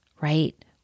right